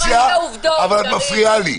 תתייחסי לעובדות, קארין.